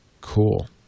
Cool